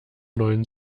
neuen